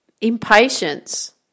impatience